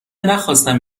نخواستم